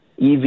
EV